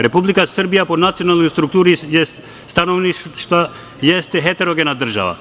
Republika Srbija po nacionalnoj strukturi stanovništva jeste heterogena država.